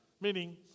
Meaning